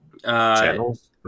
Channels